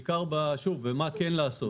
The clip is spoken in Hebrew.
בעיקר עם מה כן לעשות.